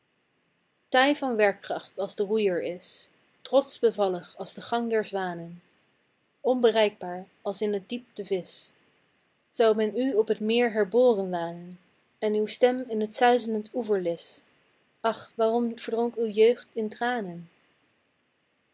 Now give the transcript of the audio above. taai van werkkracht als de roeier is trotsch bevallig als de gang der zwanen onbereikbaar als in t diep de visch zou men u op t meer herboren wanen en uw stem in t suizelend oeverlisch ach waarom verdronk uw jeugd in tranen